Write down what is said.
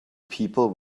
people